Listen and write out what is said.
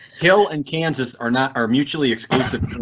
hill and kansas are not are mutually exclusive.